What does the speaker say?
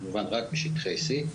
כמובן רק בשטחי C,